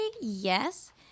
yes